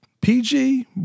PG